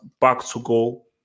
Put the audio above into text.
back-to-goal